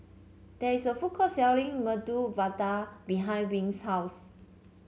there is a food court selling Medu Vada behind Wing's house